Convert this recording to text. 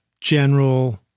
general